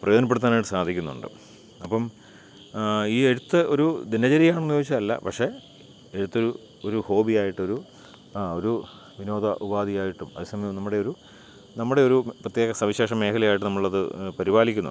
പ്രയോജനപ്പെടുത്താനായിട്ട് സാധിക്കുന്നുണ്ട് അപ്പോൾ ഈ എഴുത്ത് ഒരു ദിനചര്യയാണെന്ന് ചോദിച്ചാൽ അല്ല പക്ഷേ എഴുത്തൊരു ഒരു ഹോബിയായിട്ട് ഒരു ഒരു വിനോദ ഉപാധിയായിട്ടും അതേസമയം നമ്മുടെ ഒരു നമ്മുടെ ഒരു പ്രത്യേക സവിശേഷമേഖലയായിട്ടും നമ്മൾ അത് പരിപാലിക്കുന്നുണ്ട്